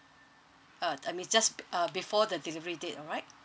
uh I mean just uh before the delivery date alright